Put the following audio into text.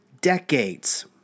decades